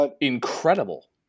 incredible